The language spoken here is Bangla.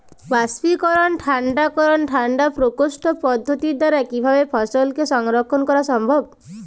বাষ্পীকরন ঠান্ডা করণ ঠান্ডা প্রকোষ্ঠ পদ্ধতির দ্বারা কিভাবে ফসলকে সংরক্ষণ করা সম্ভব?